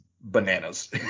bananas